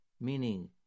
meaning